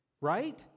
Right